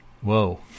Whoa